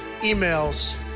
emails